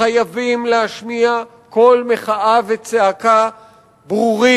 חייבים להשמיע קול מחאה וצעקה ברור,